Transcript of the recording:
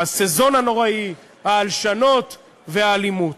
ה"סזון" הנוראי, ההלשנות והאלימות.